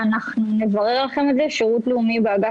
אנחנו נברר לכם את זה.